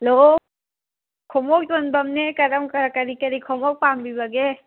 hello ꯈꯣꯡꯎꯞ ꯌꯣꯟꯕꯝꯅꯦ ꯀꯔꯝ ꯀꯔꯤ ꯀꯔꯤ ꯈꯣꯡꯎꯞ ꯄꯥꯝꯕꯤꯕꯒꯦ